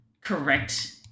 correct